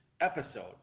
episode